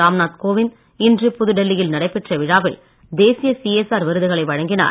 ராம்நாத் கோவிந்த் புதுடெல்லியில் நடைபெற்ற விழாவில் தேசிய சிஎஸ்ஆர் இன்று விருதுகளை வழங்கினார்